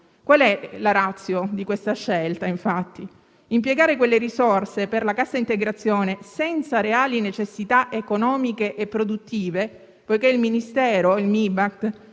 Qual è la *ratio* di questa scelta? Impiegare quelle risorse per la cassa integrazione senza reali necessità economiche e produttive, poiché il Ministero per